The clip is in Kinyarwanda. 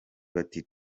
bati